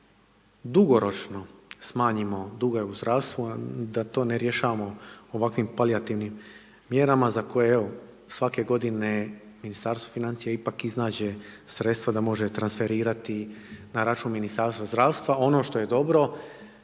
da dugoročno smanjimo dugove u zdravstvu, da to ne rješavamo ovako palijativnim mjerama, za koje evo, svake g. Ministarstvo financija ipak iznađe sredstva da može transferirati na račun Ministarstva zdravstva. Ono što je dobro